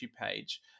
page